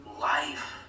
life